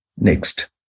Next